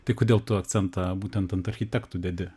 tai kodėl tu akcentą būtent ant architektų dedi